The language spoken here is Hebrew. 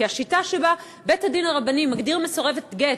כי השיטה שבה בית-הדין הרבני מגדיר מסורבת גט